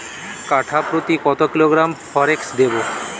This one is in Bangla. কাঠাপ্রতি কত কিলোগ্রাম ফরেক্স দেবো?